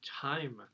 time